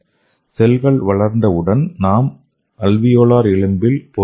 செல்கள் வளர்ந்தவுடன் நாம் அல்வியோலர் எலும்பில் பொருத்தலாம்